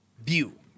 view